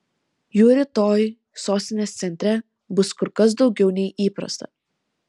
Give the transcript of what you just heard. jų rytoj sostinės centre bus kur kas daugiau nei įprasta